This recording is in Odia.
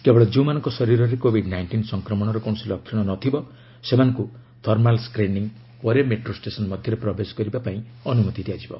କେବଳ ଯେଉଁମାନଙ୍କ ଶରୀରରେ କୋବିଡ୍ ନାଇଷ୍ଟିନ୍ ସଫକ୍ରମଣର କୌଣସି ଲକ୍ଷଣ ନଥିବ ସେମାନଙ୍କୁ ଥର୍ମାଲ ସ୍କ୍ରିନିଂ ପରେ ମେଟ୍ରୋ ଷ୍ଟେସନ୍ ମଧ୍ୟରେ ପ୍ରବେଶ କରିବାକୁ ଅନୁମତି ଦିଆଯିବ